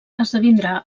esdevindrà